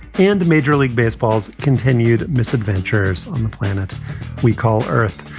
and major league baseball continued misadventures on the planet we call earth.